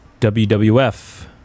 WWF